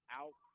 out